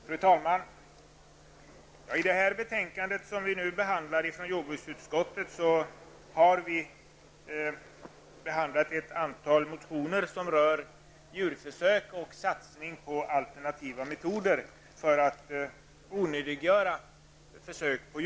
Fru talman! I det betänkande från jordbruksutskottet som vi nu har att behandla har ett antal motioner tagits upp som rör djurförsök och satsningar på alternativa metoder för att onödiggöra djurförsök.